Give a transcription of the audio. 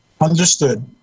Understood